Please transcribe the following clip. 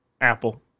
apple